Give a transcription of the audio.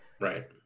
right